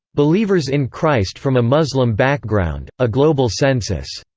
believers in christ from a muslim background a global census.